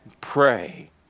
Pray